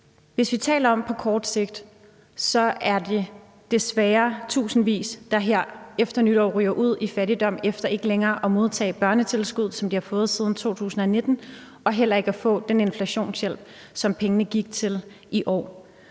Hvis vi taler om det på kort sigt, er det desværre tusindvis, der her efter nytår ryger ud i fattigdom efter ikke længere at modtage børnetilskuddet, som de har fået siden 2019, og heller ikke at få den inflationshjælp, som pengene gik til i år.